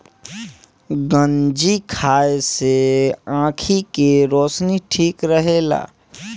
गंजी खाए से आंखी के रौशनी ठीक रहेला